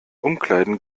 umkleiden